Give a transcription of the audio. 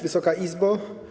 Wysoka Izbo!